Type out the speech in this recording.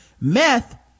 meth